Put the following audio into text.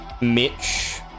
Mitch